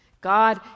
God